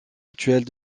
mutuelle